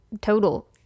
total